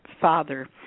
Father